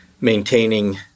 maintaining